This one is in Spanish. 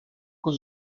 con